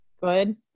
good